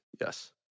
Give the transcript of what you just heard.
Yes